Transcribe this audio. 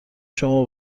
شما